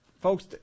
Folks